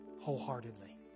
wholeheartedly